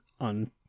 on